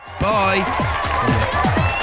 bye